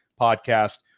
podcast